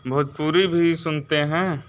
भोजपुरी भी सुनते हैं